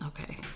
okay